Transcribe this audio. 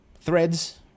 threads